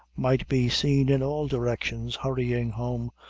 might be seen in all directions, hurrying home,